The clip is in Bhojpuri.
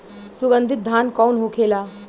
सुगन्धित धान कौन होखेला?